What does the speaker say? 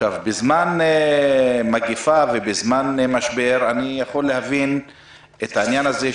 בזמן מגפה ומשבר אני יכול להבין את העניין הזה,